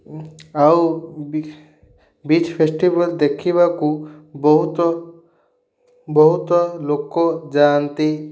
ଆଉ beach festival ଦେଖିବାକୁ ବହୁତ ବହୁତ ଲୋକ ଯାଆନ୍ତି